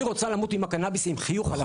היא רוצה למות עם הקנביס, עם חיוך על הפנים.